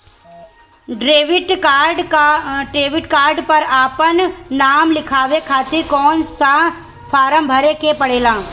Debit card पर आपन नाम लिखाये खातिर कौन सा फारम भरे के पड़ेला?